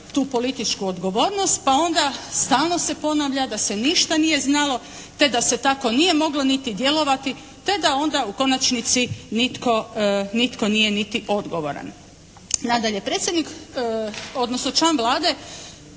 tu političku odgovornost pa onda stalno se ponavlja da se ništa nije znalo te da se tako nije moglo niti djelovati, te da onda u konačnici nitko nije niti odgovoran. Nadalje, predsjednik, odnosno član Vlade